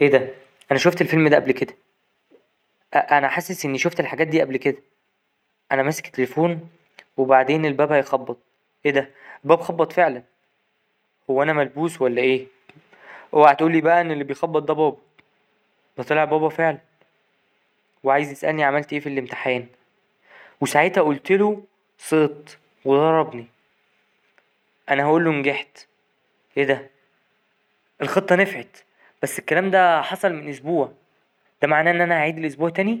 ايه ده؟ أنا شوفت الفيلم ده قبل كده أنا حاسس إني شوفت الحاجات دي قبل كده أنا ماسك التليفون وبعدين الباب هيخبط، ايه ده؟ الباب خبط فعلا هو أنا ملبوس ولا ايه أوعا تقولي بقي ان اللي بيخبط ده بابا، ده طلع بابا فعلا وعايز يسألني عملت ايه في الإمتحان وساعتها قولتله سقط وضربني انا هقوله نجحت ايه ده الخطة نفعت بس الكلام ده حصل من اسبوع ده معناه اني هعيد الاسبوع تاني.